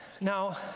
Now